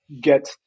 get